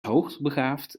hoogbegaafd